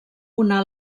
una